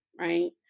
right